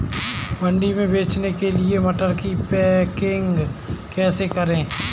मंडी में बेचने के लिए मटर की पैकेजिंग कैसे करें?